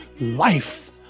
life